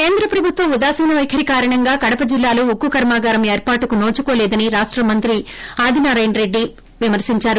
కేంద్ర ప్రభుత్వ ఉదాసీన వైఖరి కారణంగా కడప జిల్లాలో ఉక్కు కర్మాగారం ఏర్పాటుకు నోచుకోలేదని రాష్ట మంత్రి ఆదినారాయణరెడ్డి విమర్శించారు